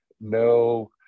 no